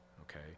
okay